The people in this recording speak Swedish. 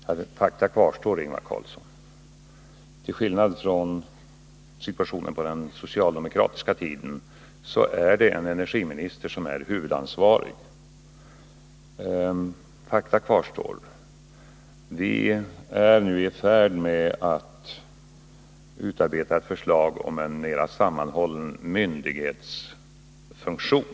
Fru talman! Fakta kvarstår, Ingvar Carlsson: till skillnad från situationen på den socialdemokratiska tiden är det en energiminister som är huvudansvarig, och vi är nu i färd med att utarbeta ett förslag om en mera sammanhållen myndighetsfunktion.